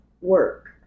work